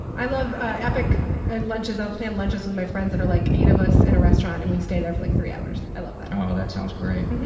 i love ah epic and lunches, unplanned lunches with my friends that are like eight of us in a restaurant and we stay there for like three hours. i love that. oh that sounds great.